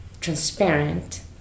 transparent